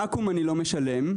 לאקו"ם אני לא משלם,